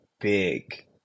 big